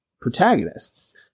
protagonists